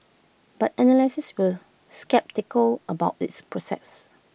but analysts were sceptical about its process